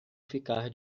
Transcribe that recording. ficar